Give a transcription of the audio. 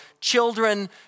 children